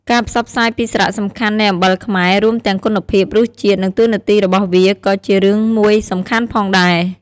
ការផ្សព្វផ្សាយពីសារៈសំខាន់នៃអំបិលខ្មែរ រួមទាំងគុណភាព រសជាតិ និងតួនាទីរបស់វាក៏ជារឿងមួយសំខាន់ផងដែរ។